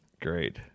Great